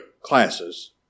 classes